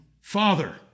Father